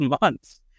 months